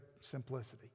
simplicity